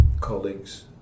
colleagues